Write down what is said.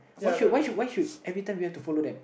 why should why should why should every time we have to follow them